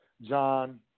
John